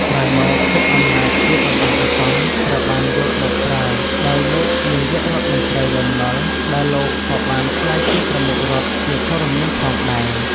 ក្រោយមក សិទ្ធិអំណាចជាបណ្ដោះអាសន្នត្រូវបានយកមកប្រើដោយលោកនាយករដ្ឋមន្ត្រីលន់ នល់ ដែលលោកក៏បានក្លាយជាប្រមុខរដ្ឋជាធរមានផងដែរ។